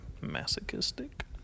Masochistic